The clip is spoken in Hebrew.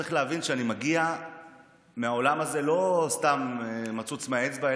צריך להבין שאני מגיע מהעולם הזה וזה לא סתם מצוץ מהאצבע,